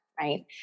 Right